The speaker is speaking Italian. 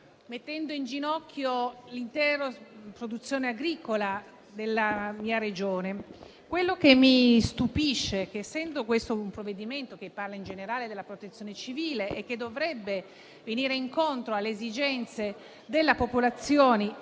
mettendo in ginocchio l'intera produzione agricola della mia Regione. Ciò che mi stupisce è che, nonostante questo sia un provvedimento che parla in generale della protezione civile e che dovrebbe andare incontro alle esigenze di tutte le popolazioni